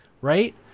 right